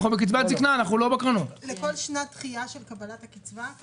הכוונה לכל שנת דחייה של קבלת הקצבה?